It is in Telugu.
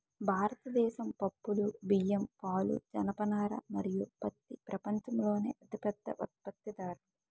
భారతదేశం పప్పులు, బియ్యం, పాలు, జనపనార మరియు పత్తి ప్రపంచంలోనే అతిపెద్ద ఉత్పత్తిదారులు